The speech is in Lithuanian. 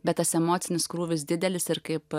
bet tas emocinis krūvis didelis ir kaip